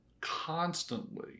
constantly